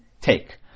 take